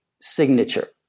signature